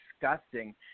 disgusting